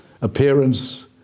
appearance